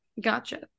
Gotcha